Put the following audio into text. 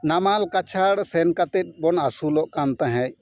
ᱱᱟᱢᱟᱞ ᱠᱟᱪᱷᱟᱲ ᱥᱮᱱ ᱠᱟᱛᱮᱫ ᱵᱚᱱ ᱟᱹᱥᱩᱞᱚᱜ ᱛᱟᱦᱮᱡ